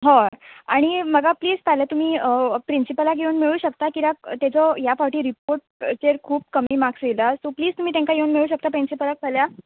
हय आनी म्हाका प्लीज फाल्यां तुमी प्रिन्सिपलाक येवन मेळूं शकता किऱ्याक तेजो ह्या फावटी रिपोट चेर खूब कमी माक्स येयला सो प्लीज तुमी तेंकां येवन मेळूं शकता प्रिन्सिपलाक फाल्यां